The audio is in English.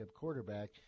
quarterback